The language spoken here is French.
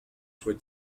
soit